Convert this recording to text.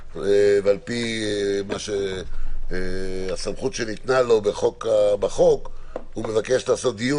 ועל פי הסמכות שניתנה לו בחוק הוא ביקש לעשות דיון